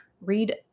read